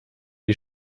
die